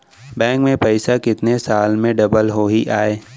Bank में पइसा कितने साल में डबल होही आय?